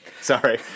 Sorry